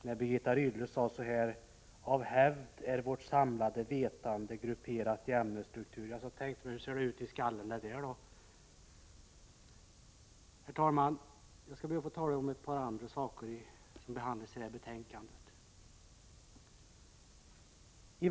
När Birgitta Rydle sade: ”Av hävd är vårt samlade vetande grupperat i ämnesstrukturer”, tänkte jag: Hur ser det ut i skallen där då? Men jag skall be att få tala om ett par andra saker som behandlas i betänkandet. Herr talman!